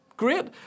great